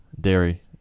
dairy